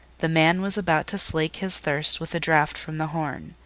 the man was about to slake his thirst with a draught from the horn,